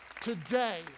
today